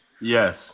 Yes